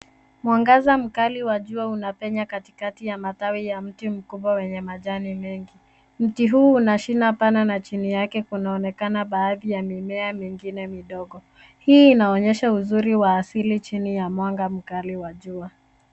Mwangaza mkali wa jua unapenya katikati ya matawi ya mti mkubwa wenye majani mengi. Mti huu unashina pana na chini yake kunaonekana baadhi ya mimea mingine midogo. Hii inaonyesha uzuri wa asili chini ya mwanga mkali wa jua.